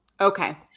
okay